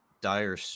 dire